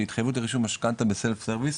התחייבות על רישום משכנתא ב self service,